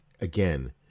again